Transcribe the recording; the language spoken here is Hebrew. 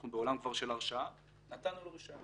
אנחנו כבר בעולם של הרשעה נתנו לו רישיון,